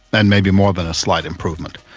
and maybe more than a slight improvement.